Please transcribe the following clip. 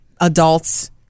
adults